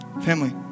Family